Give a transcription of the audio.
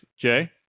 Jay